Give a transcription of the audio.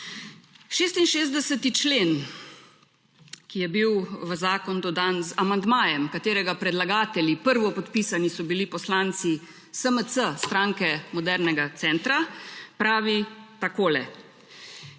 66. člen, ki je bil v zakon dodan z amandmajem, katerega predlagatelji prvopodpisani so bili poslanci SMC - Stranke Modernega centra, pravi tako: